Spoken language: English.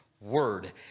word